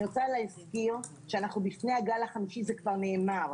אני רוצה להזכיר שאנחנו לפני הגל החמישי - זה כבר נאמר.